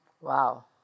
Wow